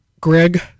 Greg